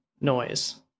noise